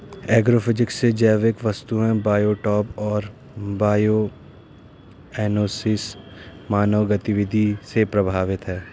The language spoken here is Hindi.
एग्रोफिजिक्स से जैविक वस्तुएं बायोटॉप और बायोकोएनोसिस मानव गतिविधि से प्रभावित हैं